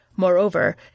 Moreover